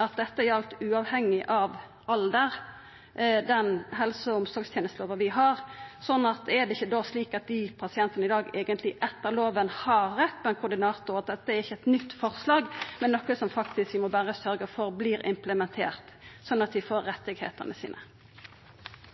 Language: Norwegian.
at helse- og omsorgstenestelova vi har, gjaldt uavhengig av alder. Er det ikkje slik at desse pasientane i dag eigentleg etter lova har rett på ein koordinator, og at dette ikkje er eit nytt forslag, men er noko vi faktisk berre må sørgja for vert implementert, slik at dei får rettane sine?